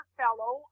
fellow